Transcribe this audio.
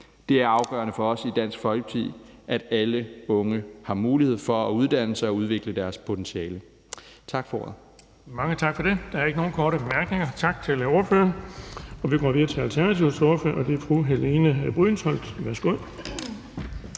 Det er afgørende for os i Dansk Folkeparti, at alle unge har mulighed for at uddanne sig og udvikle deres potentiale. Tak for ordet. Kl. 15:20 Den fg. formand (Erling Bonnesen): Mange tak for det. Der er ikke nogen korte bemærkninger. Tak til ordføreren. Vi går videre til Alternativets ordfører, og det er fru Helene Liliendahl Brydensholt.